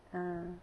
ah